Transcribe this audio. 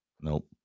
Nope